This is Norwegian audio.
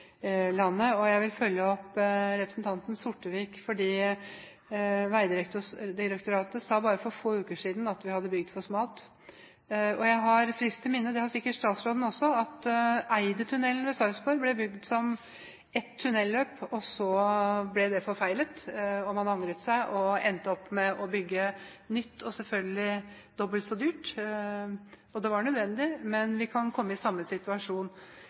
landet. Jeg vil følge opp representanten Sortevik: Vegdirektoratet sa bare for få uker siden at vi hadde bygd for smalt. Jeg har friskt i minne – det har sikkert statsråden også – at Eidettunnelen ved Sarpsborg ble bygd med ett tunnelløp. Det var forfeilet, man angret seg, og endte opp med å bygge nytt og – selvfølgelig – dobbelt så dyrt, men det var nødvendig. Vi kan komme i samme situasjon